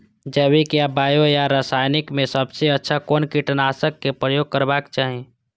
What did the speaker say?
जैविक या बायो या रासायनिक में सबसँ अच्छा कोन कीटनाशक क प्रयोग करबाक चाही?